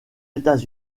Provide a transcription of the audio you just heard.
états